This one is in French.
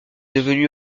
devenu